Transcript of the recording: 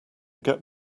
get